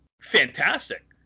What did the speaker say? fantastic